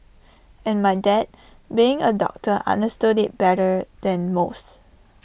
and my dad being A doctor understood IT better than most